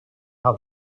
how